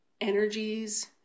Energies